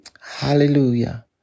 hallelujah